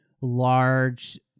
large